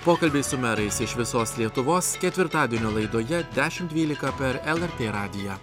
pokalbiai su merais iš visos lietuvos ketvirtadienio laidoje dešimt dvylika per lrt radiją